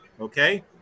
Okay